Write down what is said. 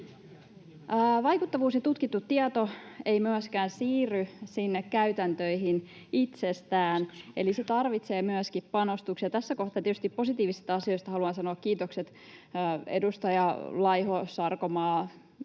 Vaikuttavuus ja tutkittu tieto eivät myöskään siirry sinne käytäntöihin itsestään. Eli ne tarvitsevat myöskin panostuksia. Tässä kohtaa tietysti haluan sanoa kiitokset positiivisista asioista. Edustajat Laiho, Sarkomaa